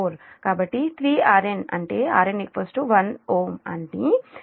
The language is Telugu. కాబట్టి 3Rn అంటే Rn 1Ω అని 3 1